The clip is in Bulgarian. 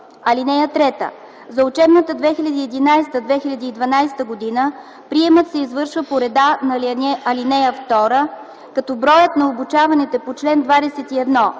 брой. (3) За учебната 2011/2012 г. приемът се извършва по реда на ал. 2, като броят на обучаваните по чл. 21,